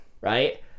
Right